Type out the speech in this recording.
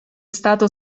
stato